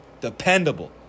dependable